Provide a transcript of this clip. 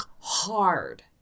hard